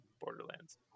Borderlands